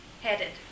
headed